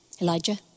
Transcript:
Elijah